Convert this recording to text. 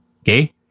Okay